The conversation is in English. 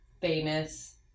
famous